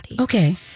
Okay